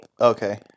Okay